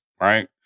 right